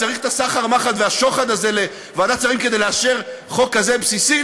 צריך את הסחר-מכר והשוחד הזה לוועדת שרים כדי לאשר חוק כזה בסיסי?